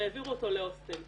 והעבירו אותו להוסטל.